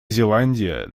зеландия